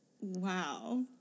Wow